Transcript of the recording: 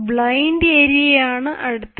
blind ഏരിയയാണ് അടുത്തത്